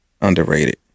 underrated